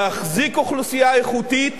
להחזיק אוכלוסייה איכותית.